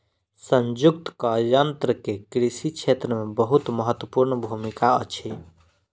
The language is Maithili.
संयुक्तक यन्त्र के कृषि क्षेत्र मे बहुत महत्वपूर्ण भूमिका अछि